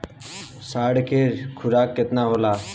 साँढ़ के खुराक केतना होला?